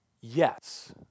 Yes